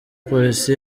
polisi